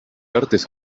artes